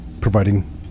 providing